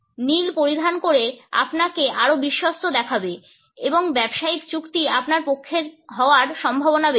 নীল পরিধান করে আপনাকে আরও বিশ্বস্ত দেখাবে এবং ব্যবসায়িক চুক্তি আপনার পক্ষে হওয়ার সম্ভাবনা বেশি